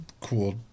Cool